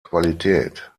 qualität